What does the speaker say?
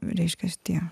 reiškia šitie